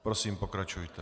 Prosím, pokračujte.